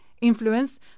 influence